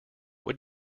what